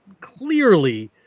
clearly